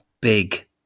big